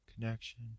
connection